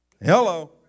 Hello